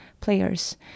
players